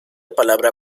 palabra